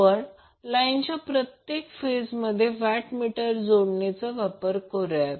आपण लाईनच्या प्रत्येक फेजमध्ये वॅट मीटर जोडणीचा वापर करुया